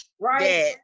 Right